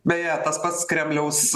beje tas pats kremliaus